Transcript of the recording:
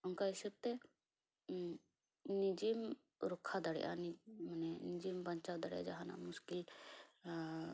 ᱚᱱᱠᱟ ᱦᱤᱥᱟᱹᱵ ᱛᱮ ᱱᱤᱡᱮᱢ ᱨᱚᱠᱠᱷᱟ ᱫᱟᱲᱮᱜᱼᱟ ᱢᱟᱱᱮ ᱱᱤᱡᱮᱢ ᱵᱟᱧᱪᱟᱣ ᱫᱟᱲᱮᱜᱼᱟ ᱡᱟᱦᱟᱱᱟᱜ ᱢᱩᱥᱠᱤᱞ